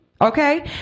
Okay